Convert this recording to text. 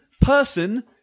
person